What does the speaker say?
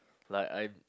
like I